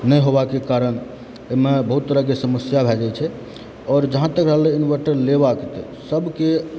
नहि होबाके कारण एहिमे बहुत तरहके समस्या भए जाइ छै आओर जहाँतक रहलय इन्वर्टर लेबाके तऽ सभकेँ